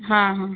हां हा